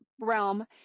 Realm